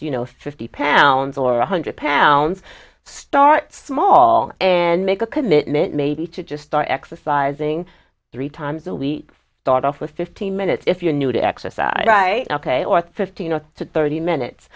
you know fifty pounds or one hundred pounds starts small and make a commitment maybe to just start exercising three times a week start off with fifteen minutes if you're new to exercise write ok orthe fifteen to thirty minutes